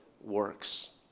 works